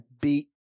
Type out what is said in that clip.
beat